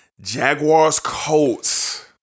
Jaguars-Colts